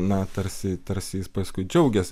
na tarsi tarsi jis paskui džiaugėsi